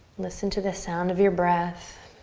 listen to the sound of your breath.